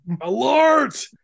alert